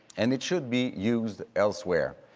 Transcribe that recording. and it should be used elsewhere.